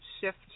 shift